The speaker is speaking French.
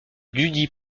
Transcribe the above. dudit